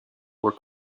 were